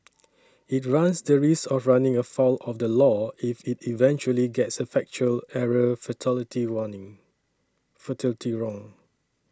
it runs the risk of running afoul of the law if it eventually gets a factual error fatality wronging fatally wrong